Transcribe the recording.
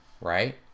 right